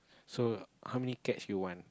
so how many cats you want